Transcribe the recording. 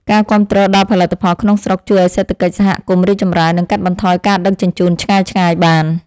ការគាំទ្រដល់ផលិតផលក្នុងស្រុកជួយឱ្យសេដ្ឋកិច្ចសហគមន៍រីកចម្រើន និងកាត់បន្ថយការដឹកជញ្ជូនឆ្ងាយៗបាន។